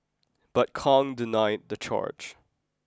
but Kong denied the charge